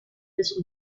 des